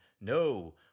no